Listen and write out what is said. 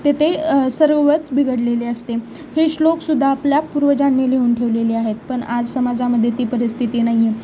तेथे सर्वच बिघडलेले असते हे श्लोकसुद्धा आपल्या पूर्वजांनी लिहून ठेवलेले आहेत पण आज समाजामध्ये ती परिस्थिती नाही आहे